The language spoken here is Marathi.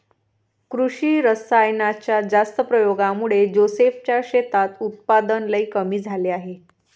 कृषी रासायनाच्या जास्त प्रयोगामुळे जोसेफ च्या शेतात उत्पादन लई कमी झाले आहे